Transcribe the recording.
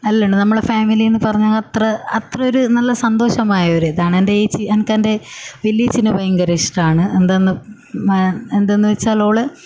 എല്ലാമുണ്ട് നമ്മളെ ഫാമിലി എന്ന് പറഞ്ഞാൽ അത്ര അത്ര ഒരു നല്ല സന്തോഷമായ ഒരു ഇതാണ് എൻ്റെ ഏച്ചി എനിക്ക് എൻ്റെ വലിയ ചേച്ചീനെ ഭയങ്കര ഇഷ്ടമാണ് എന്താണെന്ന് എന്താണെന്ന് വെച്ചാൽ ഓൾ